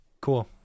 Cool